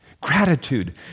Gratitude